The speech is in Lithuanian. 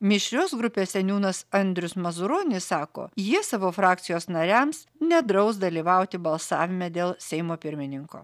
mišrios grupės seniūnas andrius mazuronis sako jie savo frakcijos nariams nedraus dalyvauti balsavime dėl seimo pirmininko